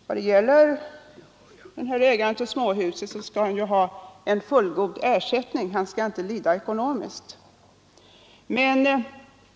Vad gäller ägaren till småhuset så skall han ha fullgod ersättning. Han skall inte lida ekonomiskt.